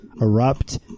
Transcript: erupt